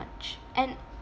and